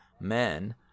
men